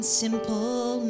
simple